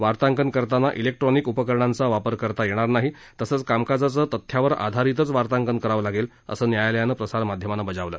वार्तांकन करताना इलेक्ट्रॉनिक उपकरणांचा वापर करता येणार नाही तसच कामकाजाचं तथ्यावर आधारित वार्तांकन करावं लागेल असं न्यायालयानं प्रसारमाध्यमांना बजावलं